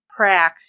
Prax